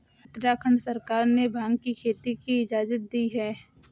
उत्तराखंड सरकार ने भाँग की खेती की इजाजत दी है